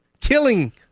killing